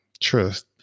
Trust